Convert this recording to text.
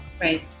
Right